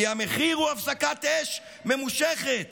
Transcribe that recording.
כי המחיר הוא הפסקת אש ממושכת